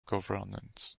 governance